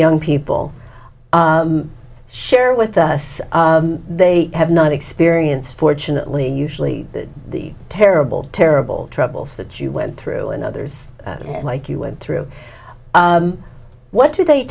young people share with the earth they have not experienced fortunately usually the terrible terrible troubles that you went through and others like you went through what do they